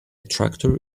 tractor